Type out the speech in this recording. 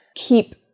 keep